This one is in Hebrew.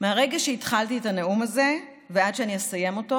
מהרגע שהתחלתי את הנאום הזה ועד שאני אסיים אותו